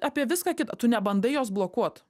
apie viską kitą tu nebandai jos blokuot